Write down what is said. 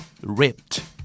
Ripped